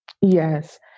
Yes